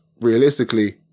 realistically